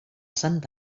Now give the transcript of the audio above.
sant